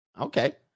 Okay